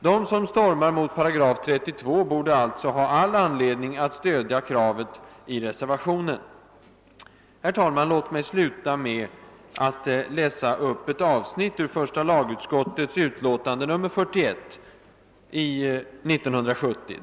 De som stormar mot 8 32 har alltså all anledning att stöda kravet i reservationen. Låt mig till slut läsa upp ett avsnitt ur första lagutskottets utlåtande nr 41 år 1970.